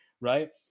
right